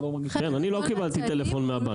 אני לא קיבלתי טלפון מהבנק.